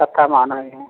ᱠᱟᱛᱷᱟ ᱢᱟ ᱚᱱᱟᱜᱮ